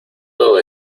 todo